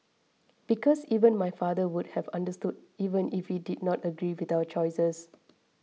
because even my father would have understood even if he did not agree with our choices